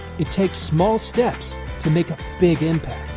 it takes small steps to make a big impact.